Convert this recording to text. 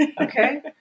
Okay